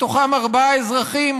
מתוכם ארבעה אזרחים,